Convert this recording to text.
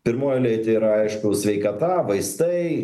pirmoj eilėj tai yra aišku sveikata vaistai